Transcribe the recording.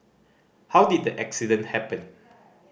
how did the accident happen